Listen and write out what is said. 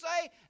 say